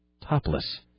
topless